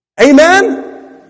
Amen